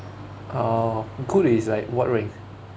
uh good is like what rank